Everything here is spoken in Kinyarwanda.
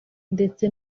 ndetse